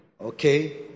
Okay